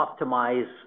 optimize